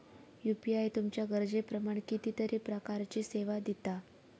UPI तुमच्या गरजेप्रमाण कितीतरी प्रकारचीं सेवा दिता